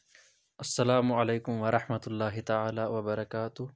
السلام علیکم ورحمتُہ اللہ تعالیٰ وبرکاتہ